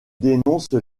dénonce